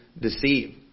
deceive